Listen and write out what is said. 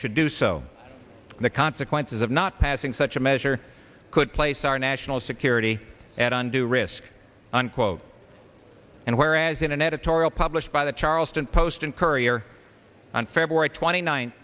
should do so and the consequences of not passing such a measure could place our national security at undue risk unquote and whereas in an editorial published by the charleston post and courier on february twenty nin